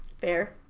Fair